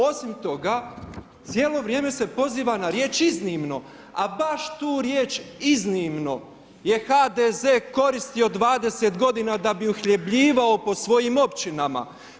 Osim toga, cijelo vrijeme se poziva na riječ iznimno, a baš tu riječ iznimno je HDZ koristio 20 godina da bi uhljebljivao po svojih općinama.